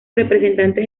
representantes